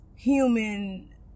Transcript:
human